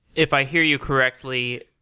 if i hear you correctly,